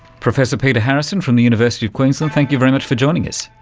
professor peter harrison from the university of queensland, thank you very much for joining us.